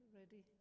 ready